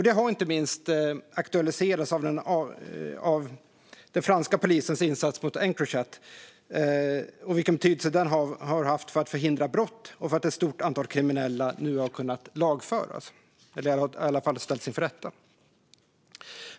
Det har inte minst aktualiserats av den franska polisens insats mot Enchrochat och vilken betydelse den har haft för att förhindra brott och för att ett stort antal kriminella nu har kunnat ställas inför rätta.